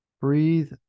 Breathe